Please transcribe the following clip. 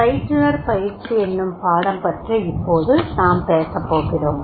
பயிற்றுனர் பயிற்சி என்னும் பாடம் பற்றி இப்போது நாம் பேசப்போகிறோம்